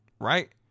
right